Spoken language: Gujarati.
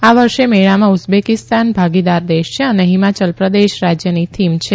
આ વર્ષે મેળામાં ઉઝબેકીસ્તાન ભાગીદાર દેશ છે અને હિમાચલ પ્રદેશ રાજયની થીમ છે